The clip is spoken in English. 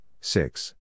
six